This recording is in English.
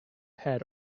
had